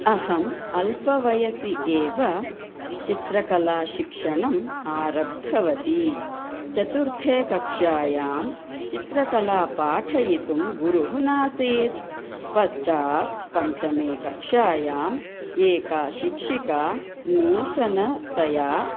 अहम् अल्पवयसि एव चित्रकलाशिक्षणम् आरब्धवती चतुर्थे कक्षायां चित्रकला पाठयितुं गुरुः नासीत् पश्चात् पञ्चमे कक्षायाम् एका शिक्षिका नूतनतया